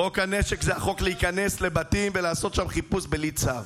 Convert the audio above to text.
חוק הנשק זה חוק להיכנס לבתים ולעשות שם חיפוש בלי צו.